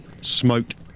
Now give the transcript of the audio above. smoked